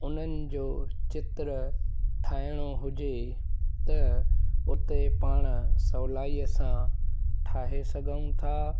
उन्हनि जो चित्र ठाहिणो हुजे त उते पाण सवलाईअ सां ठाहे सघूं था